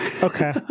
Okay